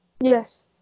Yes